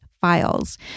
files